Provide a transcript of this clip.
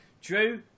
Drew